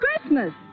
Christmas